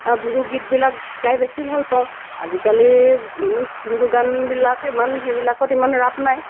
বিহুগীতবিলাক গাই বেছি ভাল পাওঁ আজিকালি বিহু গানবিলাক ইমান সেইবিলাকত ইমান ৰাপ নাই